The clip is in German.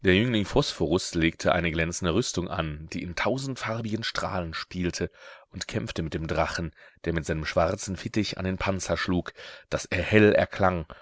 phosphorus legte eine glänzende rüstung an die in tausendfarbigen strahlen spielte und kämpfte mit dem drachen der mit seinem schwarzen fittich an den panzer schlug daß er hell erklang